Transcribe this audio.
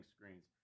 screens